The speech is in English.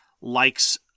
likes